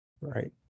right